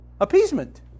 Appeasement